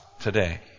today